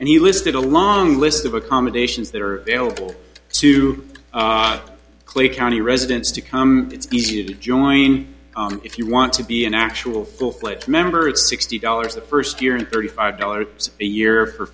and he listed a long list of accommodations that are eligible to clay county residents to come it's easy to join if you want to be an actual full fledged member it's sixty dollars the first year and thirty five dollars a year for